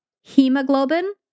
hemoglobin